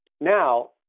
now